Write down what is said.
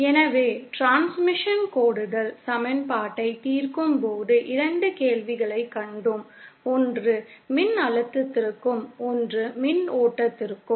எனவே டிரான்ஸ்மிஷன் கோடுகள் சமன்பாட்டைத் தீர்க்கும்போது 2 கேள்விகளைக் கண்டோம் ஒன்று மின்னழுத்தத்திற்கும் ஒன்று மின்னோட்டத்திற்கும்